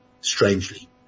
strangely